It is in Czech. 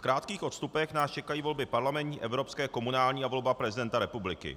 V krátkých odstupech nás čekají volby parlamentní, evropské, komunální a volba prezidenta republiky.